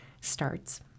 starts